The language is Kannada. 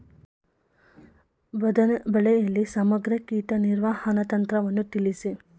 ಬದನೆ ಬೆಳೆಯಲ್ಲಿ ಸಮಗ್ರ ಕೀಟ ನಿರ್ವಹಣಾ ತಂತ್ರವನ್ನು ತಿಳಿಸಿ?